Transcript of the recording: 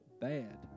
bad